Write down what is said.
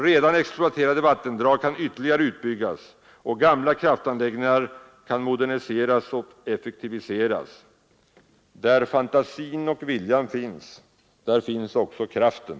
Redan exploaterade vattendrag kan ytterligare utbyggas och gamla kraftanläggningar moderniseras och effektiviseras. Där fantasin och viljan finns, finns också kraften.